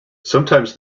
sometimes